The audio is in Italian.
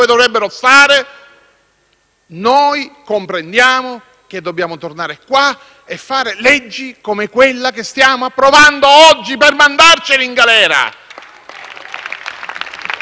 - comprendiamo che dobbiamo tornare qua e fare leggi come quella che stiamo approvando oggi per mandarli in galera.